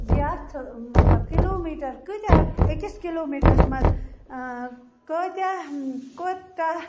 یتھ مطلب kilometre کٲتیٛاہ أکِس کِلو میٖٹرَس مَنٛز کٲتیٛاہ کوتاہ